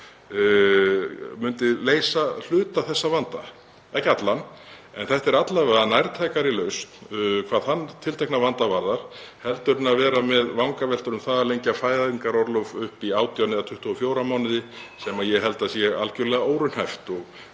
myndi leysa hluta þessa vanda, ekki allan en þetta er alla vega nærtækari lausn hvað þann tiltekna vanda varðar en að vera með vangaveltur um að lengja fæðingarorlof upp í 18 eða 24 mánuði sem ég held að sé algjörlega óraunhæft